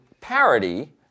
parity